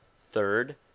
third